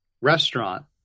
restaurant